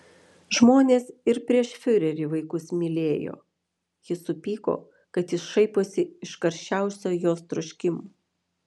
žmonės ir prieš fiurerį vaikus mylėjo ji supyko kad jis šaiposi iš karščiausio jos troškimo